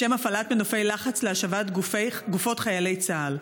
לשם הפעלת מנופי לחץ להשבת גופות חיילי צה"ל.